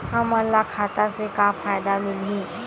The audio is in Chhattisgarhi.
हमन ला खाता से का का फ़ायदा मिलही?